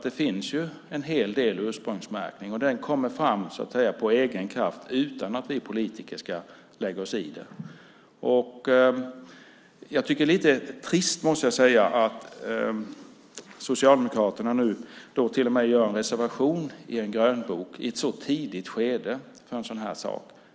Det finns redan en hel del ursprungsmärkning. Den kommer fram av egen kraft utan att vi politiker lägger oss i det. Det är lite trist att Socialdemokraterna gör en reservation i en grönbok i ett sådant tidigt skede.